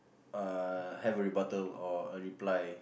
uh have a rebuttal or a reply